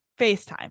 FaceTime